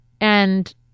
and-